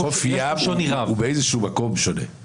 חוף ים הוא באיזשהו מקום שונה,